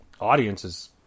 audiences